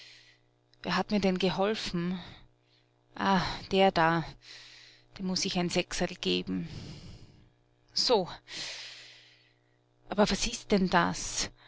wer hat mir denn geholfen ah der da dem muß ich ein sechserl geben so aber was ist denn das